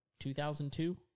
2002